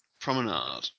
Promenade